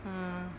mm